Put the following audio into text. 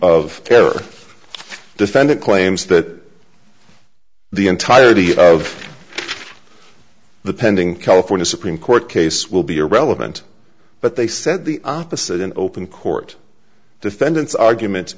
of terror defendant claims that the entirety of the pending california supreme court case will be irrelevant but they said the opposite in open court defendant's argument